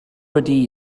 wedi